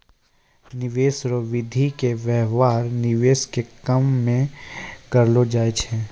निवेश रो विधि के व्यवहार निवेश के काम मे करलौ जाय छै